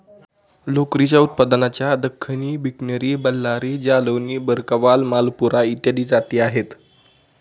लोकरीच्या उत्पादनाच्या दख्खनी, बिकनेरी, बल्लारी, जालौनी, भरकवाल, मालपुरा इत्यादी जाती आहेत